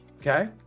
okay